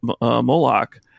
Moloch